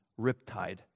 Riptide